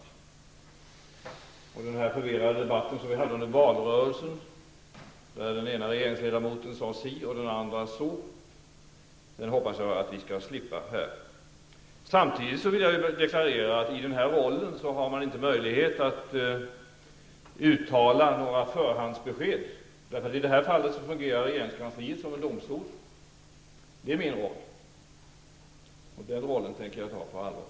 Den förvirrade debatt vi hade under valrörelsen, där den ene regeringsledamoten sade si och den andre så, hoppas jag att vi skall slippa här. Samtidigt vill jag deklarera att man i den här rollen inte har möjlighet att uttala några förhandsbesked. I det här fallet fungerar regeringskansliet som en domstol. Det är min roll. Den rollen tänker jag ta på allvar.